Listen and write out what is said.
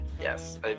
Yes